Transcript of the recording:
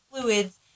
fluids